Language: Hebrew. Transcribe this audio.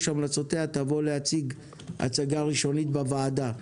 המלצותיה תבוא להציג הצגה ראשונית בוועדה,